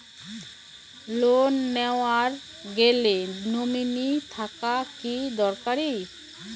Loan নেওয়ার গেলে nominee থাকা কি দরকারী?